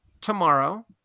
tomorrow